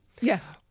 Yes